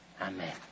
Amen